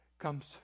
comes